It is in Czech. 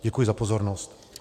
Děkuji za pozornost.